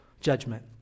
judgment